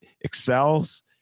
excels